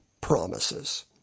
promises